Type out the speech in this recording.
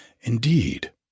Indeed